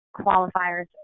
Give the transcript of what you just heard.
qualifiers